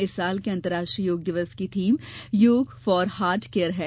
इस वर्ष के अंतरराष्ट्रीय योग दिवस की theme yoga for heart care है